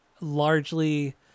largely